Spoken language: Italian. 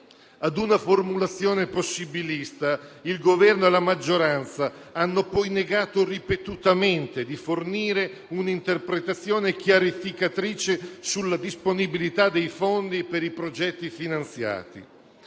Ad una formulazione possibilista, il Governo e la maggioranza hanno poi evitato ripetutamente di fornire un'interpretazione chiarificatrice sulla disponibilità dei fondi per i progetti finanziati.